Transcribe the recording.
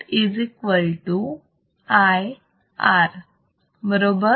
आता VoIR बरोबर